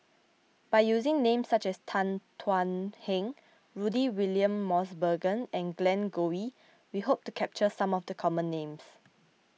by using names such as Tan Thuan Heng Rudy William Mosbergen and Glen Goei we hope to capture some of the common names